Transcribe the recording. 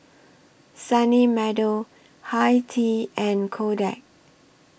Sunny Meadow Hi Tea and Kodak